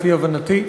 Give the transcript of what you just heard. לפי הבנתי.